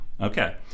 Okay